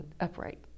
upright